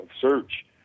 search –